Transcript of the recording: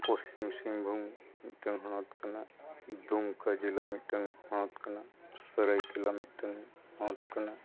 ᱯᱚᱥᱪᱷᱤᱢ ᱥᱤᱝᱵᱷᱩᱢ ᱢᱤᱫᱴᱟᱝ ᱦᱚᱱᱚᱛ ᱠᱟᱱᱟ ᱫᱩᱢᱠᱟ ᱡᱮᱞᱟ ᱢᱤᱫᱴᱟᱝ ᱦᱚᱱᱚᱛ ᱠᱟᱱᱟ ᱥᱚᱨᱟᱭ ᱠᱮᱞᱟ ᱢᱤᱫᱴᱟᱝ ᱦᱚᱱᱚᱛ ᱠᱟᱱᱟ